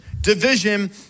division